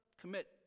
commit